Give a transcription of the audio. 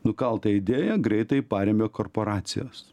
nukaltą idėją greitai parėmė korporacijos